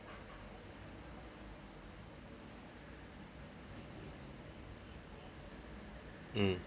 mm